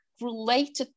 related